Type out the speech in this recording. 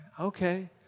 okay